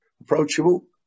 approachable